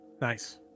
nice